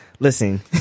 Listen